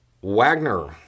Wagner